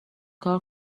کار